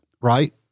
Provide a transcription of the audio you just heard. Right